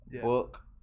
Book